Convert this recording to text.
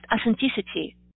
authenticity